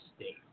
state